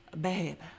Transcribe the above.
Babe